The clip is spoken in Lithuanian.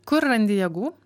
kur randi jėgų